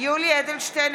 יולי יואל אדלשטיין,